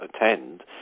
attend